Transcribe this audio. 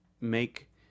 make